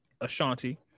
Ashanti